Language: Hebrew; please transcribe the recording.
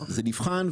זה נבחן,